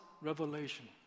revelation